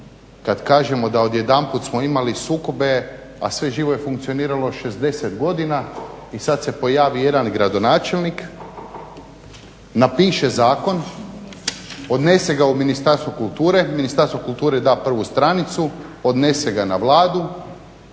kada kažemo da odjedanput smo imali sukobe a sve živo je funkcioniralo 60 godina i sada se pojavi jedan gradonačelnik, napiše zakon, odnese ga u Ministarstvo kulture, Ministarstvo kulture da prvu stranicu, odnese ga na Vladu,